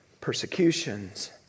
Persecutions